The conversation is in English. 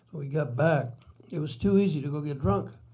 we got back it was too easy to go get drunk.